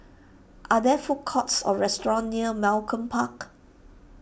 are there food courts or restaurants near Malcolm Park